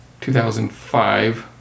2005